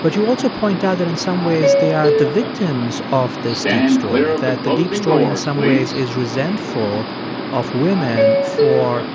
but you also point out that in some ways, they are the victims of this deep story, that the deep story in some ways is resentful of women for